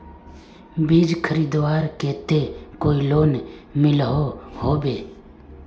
बीज खरीदवार केते कोई लोन मिलोहो होबे?